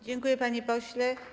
Dziękuję, panie pośle.